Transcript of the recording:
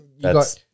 that's-